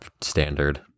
standard